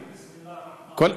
לא אמרת בסם אללה א-רחמאן א-רחים.